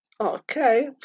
okay